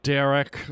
Derek